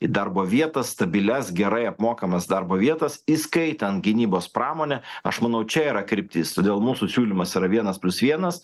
į darbo vietas stabilias gerai apmokamas darbo vietas įskaitant gynybos pramonę aš manau čia yra kryptis todėl mūsų siūlymas yra vienas plius vienas